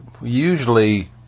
usually